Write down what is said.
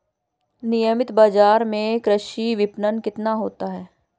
नियमित बाज़ार में कृषि विपणन कितना होता है?